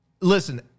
Listen